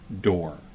door